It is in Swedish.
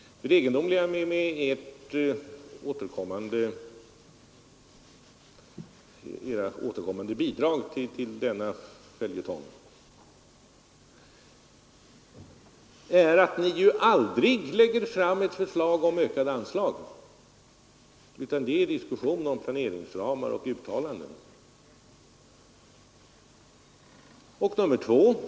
Det egendomliga med era återkommande bidrag till denna följetong är att ni ju aldrig lägger fram ett förslag om ökade anslag, utan det är diskussion om planeringsramar och uttalanden.